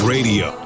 Radio